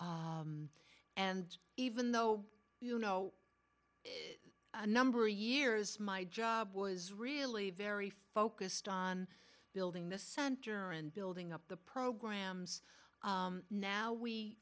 and even though you know a number of years my job was really very focused on building the center and building up the programs now we